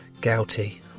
Gouty